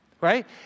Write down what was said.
right